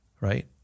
right